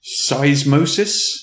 Seismosis